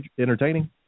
entertaining